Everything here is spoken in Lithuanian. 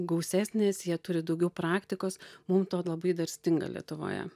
gausesnės jie turi daugiau praktikos mum to labai dar stinga lietuvoje